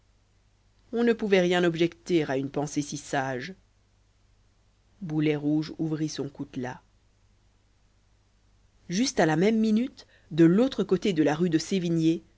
on ne pouvait rien objecter à une pensée si sage boulet rouge ouvrit son coutelas juste à la même minute de l'autre côté de la rue de sévigné